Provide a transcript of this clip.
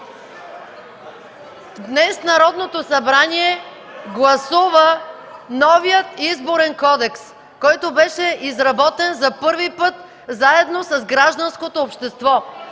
Днес Народното събрание гласува новия Изборен кодекс, който беше изработен за първи път заедно с гражданското общество.